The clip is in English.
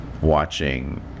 Watching